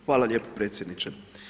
Hvala lijepo predsjedniče.